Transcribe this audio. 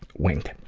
wink.